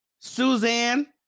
Suzanne